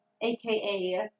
aka